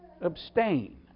Abstain